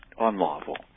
unlawful